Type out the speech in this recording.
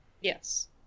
Yes